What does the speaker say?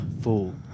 Fool